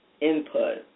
input